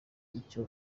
icyo